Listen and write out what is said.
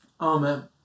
Amen